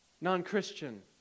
non-Christian